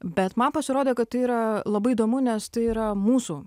bet man pasirodė kad tai yra labai įdomu nes tai yra mūsų